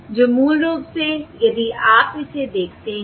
जो मूल रूप से यदि आप इसे देखते हैं